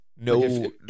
No